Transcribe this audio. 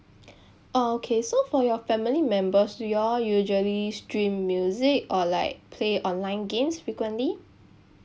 oh okay so for your family members do you all usually stream music or like play online games frequently